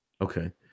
Okay